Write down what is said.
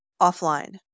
offline